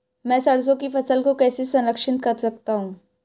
मैं सरसों की फसल को कैसे संरक्षित कर सकता हूँ?